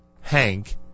Hank